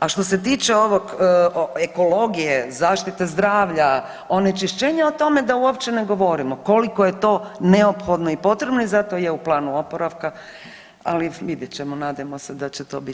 A što se tiče ovog ekologije, zaštite zdravlja, onečišćenja, o tome da uopće ne govorimo koliko je to neophodno i potrebno i zato je u planu oporavka, ali vidjet ćemo, nadajmo se da će to biti bolje.